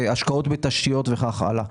השקעות בתשתיות וכך הלאה.